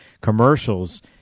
commercials